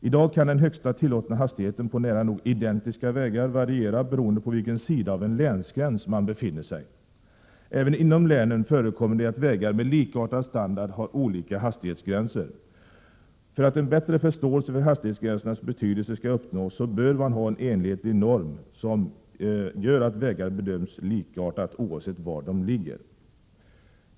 I dag kan den högsta tillåtna hastigheten på nära nog identiska vägar variera, beroende av på vilken sida av en länsgräns man befinner sig. Även inom länen förekommer det att vägar med likartad standard har olika hastighetsgränser. För att en bättre förståelse för hastighetsgränsernas betydelse skall uppnås, bör man ha en enhetlig norm som gör att vägar bedöms likartat oavsett var de ligger.